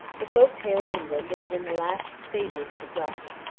the folk-tale in england is in the last stages of exhaustion.